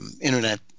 internet